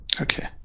Okay